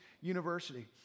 University